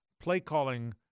play-calling